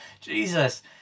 Jesus